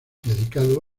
dedicado